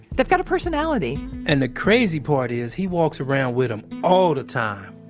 they've got a personality and the crazy part is, he walks around with them all the time